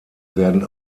werden